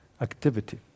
activity